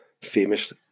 famous